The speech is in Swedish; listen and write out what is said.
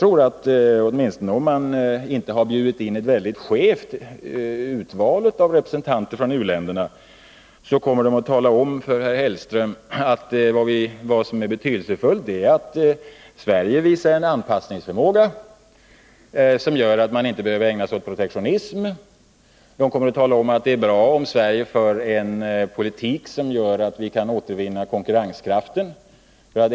Om man inte har bjudit in ett skevt urval av representanter för u-länderna kommer de att tala om för herr Hellström att det betydelsefulla är att Sverige visar en anpassningsförmåga som gör att man inte behöver ägna sig åt protektionism. De kommer att tala om att det är bra om Sverige för en politik som gör att vi kan återvinna konkurrenskraften.